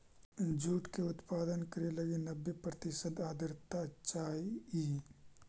jute के उत्पादन करे लगी नब्बे प्रतिशत आर्द्रता चाहइ